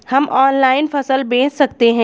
हम ऑनलाइन फसल बेच सकते हैं क्या?